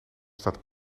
staat